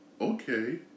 okay